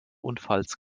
unfalls